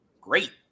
great